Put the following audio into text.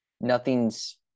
nothing's